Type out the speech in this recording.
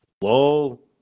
lol